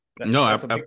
No